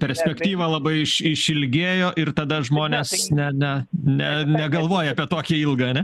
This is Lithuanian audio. perspektyva labai iš išilgėjo ir tada žmonės ne ne ne negalvoja apie tokią ilgą ane